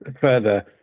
further